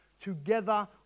together